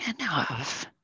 enough